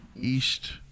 East